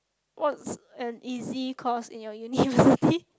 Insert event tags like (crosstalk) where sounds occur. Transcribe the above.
what's an easy course in you university (breath)